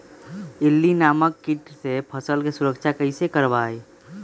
इल्ली नामक किट से फसल के सुरक्षा कैसे करवाईं?